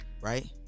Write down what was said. right